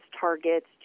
targets